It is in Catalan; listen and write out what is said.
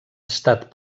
estat